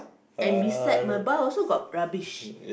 and beside my bar also got rubbish